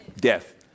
Death